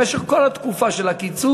במשך כל התקופה של הקיצוץ,